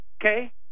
Okay